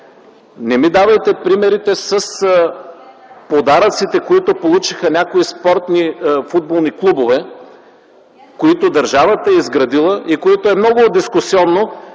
Не ми давайте примерите с подаръците, които получиха някои спортни футболни клубове, които държавата е изградила и което е много дискусионно.